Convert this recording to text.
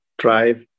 drive